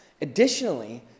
Additionally